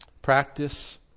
Practice